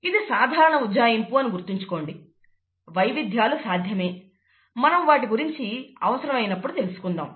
ఇది సాధారణ ఉజ్జాయింపు అని గుర్తుంచుకోండి వైవిధ్యాలు సాధ్యమే మనం వాటి గురించి అవసరమైనప్పుడు తెలుసుకుందాం